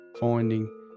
finding